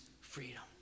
freedom